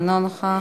אינו נוכח,